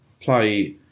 play